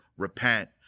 repent